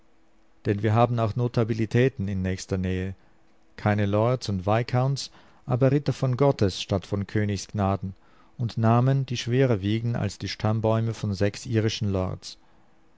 denn wir haben auch notabilitäten in nächster nähe keine lords und viscounts aber ritter von gottes statt von königs gnaden und namen die schwerer wiegen als die stammbäume von sechs irischen lords